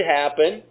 happen